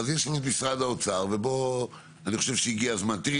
משרד האוצר תראי,